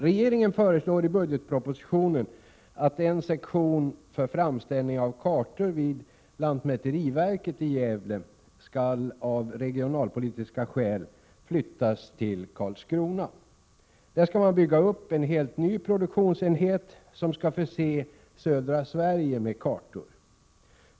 Regeringen föreslår i budgetpropositionen att en sektion för framställning av kartor vid lantmäteriverket i Gävle av regionalpolitiska skäl skall flyttas till Karlskrona. Där skall man bygga upp en helt ny produktionsenhet, som skall förse södra Sverige med kartor.